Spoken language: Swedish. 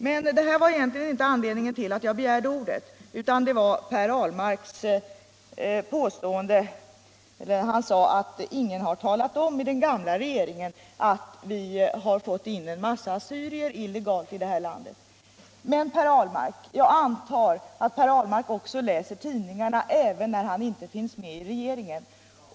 Men detta var egentligen inte anledningen till att jag begärde ordet, utan det var att Per Ahlmark sade att ingen i den gamla regeringen har talat om att vi har fått in en massa assyrier illegalt i landet. Men jag antar att Per Ahlmark läser tidningarna, även när han inte finns med i regeringen.